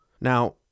Now